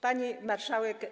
Pani Marszałek!